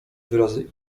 wyrazy